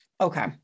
Okay